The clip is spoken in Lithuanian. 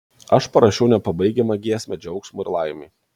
aš parašiau nepabaigiamą giesmę džiaugsmui ir laimei